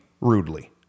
rudely